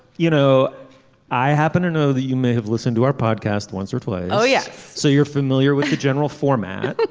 you know i happen to know that you may have listened to our podcast once or twice. oh yes. so you're familiar with the general format.